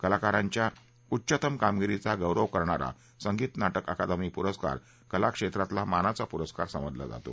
कलाकारांच्या उच्चतम कामगिरीवा गोख करणारा संगीत ना कि अकादमी पुरस्कार कलाक्षेत्रातला मानाचा पुरस्कार समजला जातो